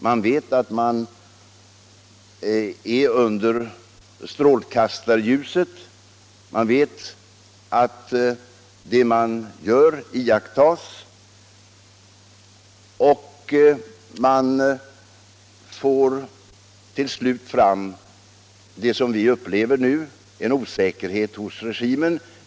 Man vet att man är under strålkastarljuset. Man vet att det man gör iakttas. Och effekten blir till slut det som vi upplever nu, en osäkerhet hos regimen.